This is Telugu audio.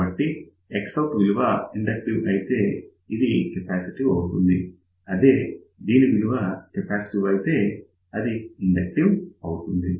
కాబట్టి Xout విలువ ఇన్డక్టివ్ అయితే ఇది కెపాసిటివ్ అవుతుంది అదే దీని విలువ కెపాసిటివ్ అయితే అది ఇన్డక్టివ్ అవుతుంది